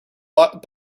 lot